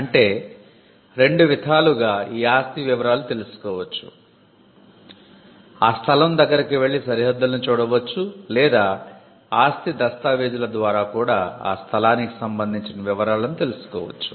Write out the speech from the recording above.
అంటే రెండు విధాలుగా ఈ ఆస్తి వివరాలు తెలుసు కోవచ్చు ఆ స్థలం దగ్గరికి వెళ్లి సరిహద్దుల్ని చూడవచ్చు లేదా ఆస్తి దస్తావేజుల ద్వారా కూడా ఆ స్థలానికి సంబంధించిన వివరాలను తెలుసుకోవచ్చు